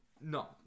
No